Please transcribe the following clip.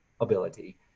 ability